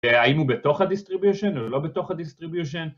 האם הוא בתוך הדיסטריביושן או לא בתוך הדיסטריביושן